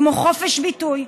כמו חופש ביטוי,